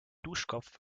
duschkopf